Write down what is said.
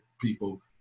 people